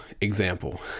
example